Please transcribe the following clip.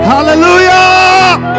Hallelujah